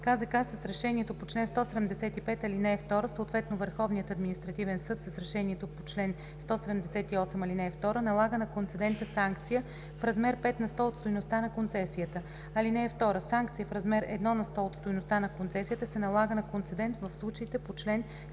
КЗК с решението по чл. 175, ал. 2, съответно Върховният административен съд с решението по чл. 178, ал. 2 налага на концедента санкция в размер 5 на сто от стойността на концесията. (2) Санкция в размер едно на сто от стойността на концесията се налага на концедент в случаите по чл. 175,